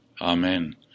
Amen